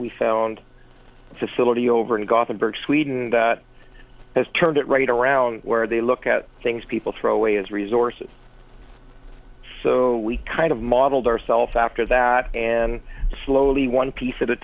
we found a facility over in gothenburg sweden that has turned it right around where they look at things people throw away as resources so we kind of modeled ourself after that and slowly one piece at a